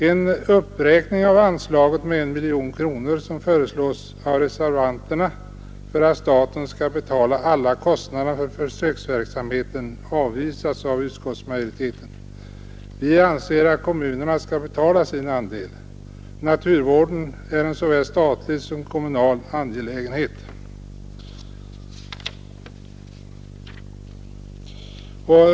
En uppräkning av anslaget med 1 miljon kronor som föreslås av reservanterna för att staten skall betala alla kostnaderna för försöksverksamheten avvisas av utskottsmajoriteten. Vi anser att kommunerna skall betala sin andel. Naturvården är en såväl statlig som kommunal angelägenhet.